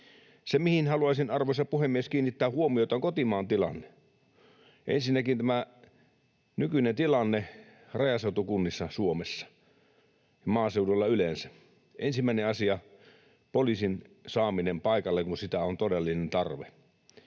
Se, mihin haluaisin, arvoisa puhemies, kiinnittää huomiota, on kotimaan tilanne, ensinnäkin tämä nykyinen tilanne rajaseutukunnissa Suomessa ja maaseudulla yleensä. Ensimmäinen asia: poliisin saaminen paikalle, kun siitä on todellinen tarve.